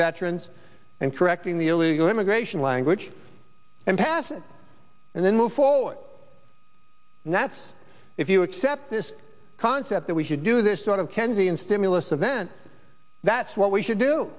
trims and correcting the illegal immigration language and pass it and then move forward and that's if you accept this concept that we should do this sort of kennedy in stimulus event that's what we should do